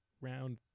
round